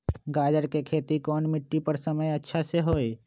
गाजर के खेती कौन मिट्टी पर समय अच्छा से होई?